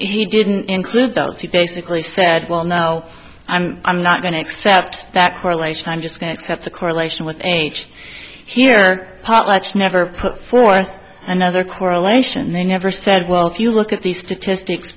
he didn't include those he basically said well no i'm i'm not going to accept that correlation i'm just going to accept the correlation with age here potlatch never put forth another correlation they never said well if you look at the statistics